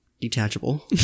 detachable